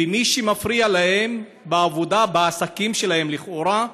ומי שמפריע להן בעבודה, בעסקים שלהן, לכאורה,